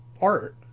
art